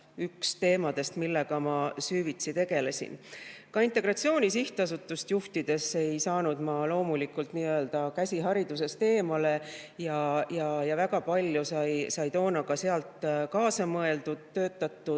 üks teemadest, millega ma süvitsi tegelesin. Ka Integratsiooni Sihtasutust juhtides ei saanud ma loomulikult nii-öelda käsi haridusest eemale. Väga palju sai toona ka seal kaasa mõeldud, töötatud